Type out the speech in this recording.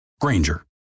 Granger